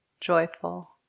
joyful